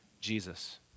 Jesus